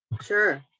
Sure